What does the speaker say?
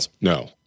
no